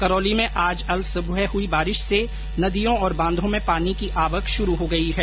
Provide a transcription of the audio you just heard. करौली में आज अल सुबह हुई बारिश से नदियों और बांधों में पानी की आवक हो शुरू हो गई है